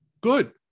Good